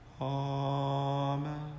Amen